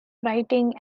writing